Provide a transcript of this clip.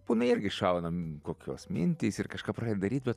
pūna irgi šauna kokios mintys ir kažką daryt bet